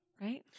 right